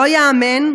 לא ייאמן,